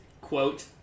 quote